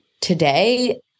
today